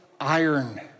iron